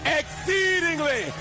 exceedingly